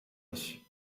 ich